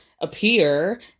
appear